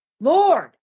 Lord